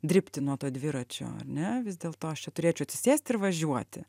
dribti nuo to dviračio ar ne vis dėlto aš čia turėčiau atsisėst ir važiuoti